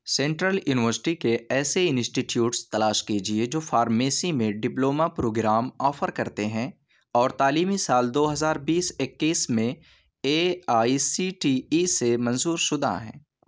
central university کے ایسے institutes تلاش کیجیے جو فارمیسی میں ڈپلوما پروگرام آفر کرتے ہیں اور تعلیمی سال دو ہزار بیس اکیس میں A I C T E سے منظور شدہ ہیں